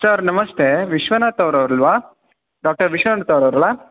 sir ನಮಸ್ತೇ ವಿಶ್ವನಾಥ್ ಅವ್ರು ಅವರಲ್ವಾ ಡಾಕ್ಟರ್ ವಿಶ್ವನಾಥ್ ಅವ್ರು ಅಲ್ಲಾ